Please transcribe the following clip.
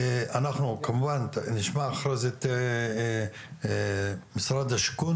אנחנו כמובן נשמע אחרי זה את משרד השיכון,